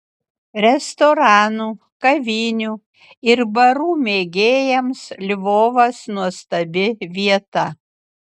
restoranų kavinių ir barų mėgėjams lvovas nuostabi vieta